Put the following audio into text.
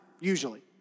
usually